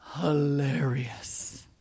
hilarious